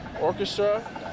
orchestra